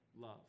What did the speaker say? love